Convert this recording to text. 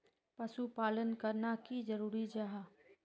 पशुपालन करना की जरूरी जाहा?